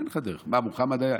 אין לך דרך, מה מוחמד היה?